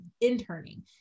interning